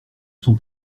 son